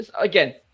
again